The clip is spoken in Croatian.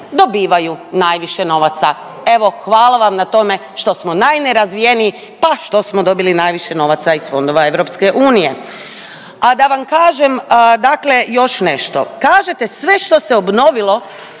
dobivaju najviše novaca, evo, hvala vam na tome što smo najnerazvijeniji pa što smo dobili najviše novaca iz fondova EU. A da vam kažem, dakle još nešto. Kažete, sve što se obnovilo